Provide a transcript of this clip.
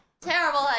Terrible